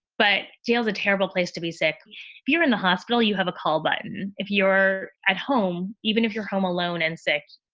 but jail is a terrible place to be sick you're in the hospital, you have a call button if you're at home, even if you're home alone and sick.